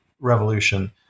revolution